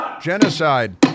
genocide